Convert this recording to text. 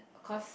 cause